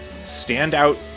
standout